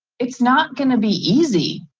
it's not gonna be easy,